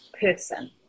person